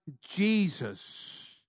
Jesus